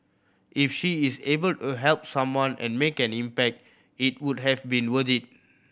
if she is able to help someone and make an impact it would have been worth it